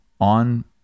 on